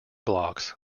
blocks